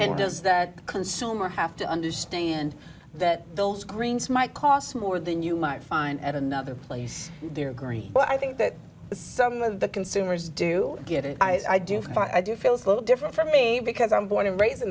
and does that consumer have to understand that those screens might cost more than you might find at another place they're green but i think that some of the consumers do get it i do find i do feels a little different for me because i'm born and raised in